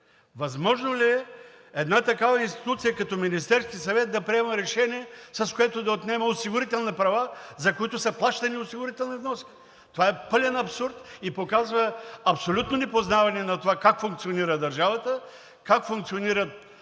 Възможно ли е една такава институция, като Министерския съвет, да приема решение, с което да отнема осигурителни права, за които са плащани осигурителни вноски? Това е пълен абсурд и показва абсолютно непознаване на това как функционира държавата, как функционират